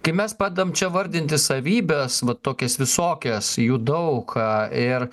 kai mes pradedam čia vardinti savybes va tokias visokias jų daug ir